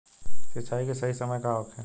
सिंचाई के सही समय का होखे?